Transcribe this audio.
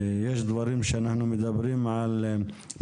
יש דברים שאנחנו מדברים עליהם,